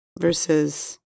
versus